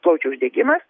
plaučių uždegimas